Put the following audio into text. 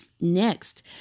Next